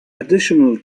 additional